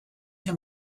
him